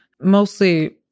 Mostly